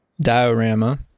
diorama